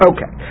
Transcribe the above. Okay